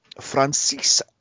Francis